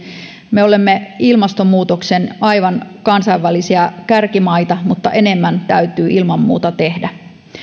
me olemme ilmastonmuutoksen torjunnassa aivan kansainvälisiä kärkimaita mutta enemmän täytyy ilman muuta tehdä